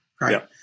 right